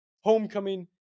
Homecoming